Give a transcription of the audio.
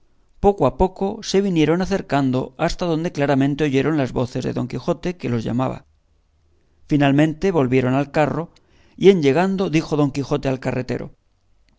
poco a poco se vinieron acercando hasta donde claramente oyeron las voces de don quijote que los llamaba finalmente volvieron al carro y en llegando dijo don quijote al carretero